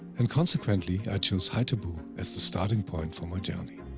and consequently, i chose haithabu as the starting point for my journey.